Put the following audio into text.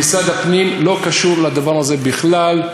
משרד הפנים לא קשור לדבר הזה בכלל.